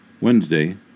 Wednesday